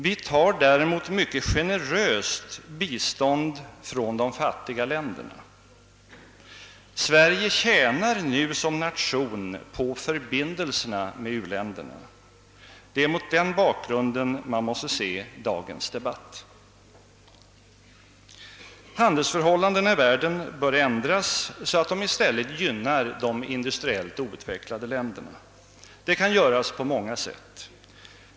Vi tar däremot mycket generöst »bistånd» från de fattiga länderna. Sverige tjänar nu som nation på förbindelserna med u-länderna. Det är mot den bakgrunden man måste se dagens debatt. Handelsförhållandena i världen bör ändras så att de i stället gynnar de industriellt outvecklade länderna. Det kan göras på många sätt.